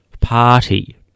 party